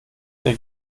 der